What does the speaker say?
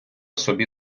собі